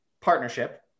partnership